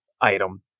item